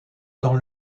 dans